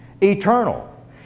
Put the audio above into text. Eternal